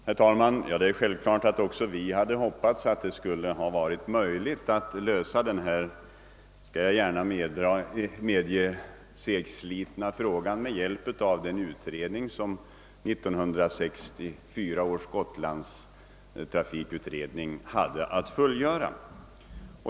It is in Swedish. Herr talman! Det är självklart att också vi hade hoppats att det skulle varit möjligt att lösa denna — det skall jag gärna medge — segslitna fråga med hjälp av den utredning som 1964 års Gotlandstrafikutredning hade att genomföra.